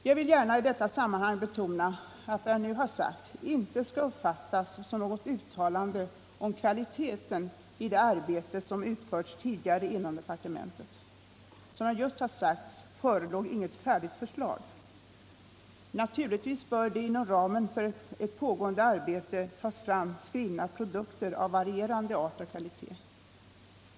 Jag vill gärna i detta sammanhang betona, att vad jag nu har sagt inte skall uppfattas som något uttalande om kvaliteten i det arbete som =| utförts tidigare inom departementet. Som jag just har sagt, förelåg inget — Om förslag till ny färdigt förslag. Naturligtvis bör det inom ramen för ett pågående arbete = lagstiftning om I tas fram skrivna produkter av varierande art och kvalitet.